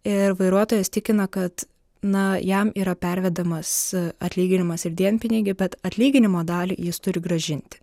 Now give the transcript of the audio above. ir vairuotojas tikina kad na jam yra pervedamas atlyginimas ir dienpinigiai bet atlyginimo dalį jis turi grąžinti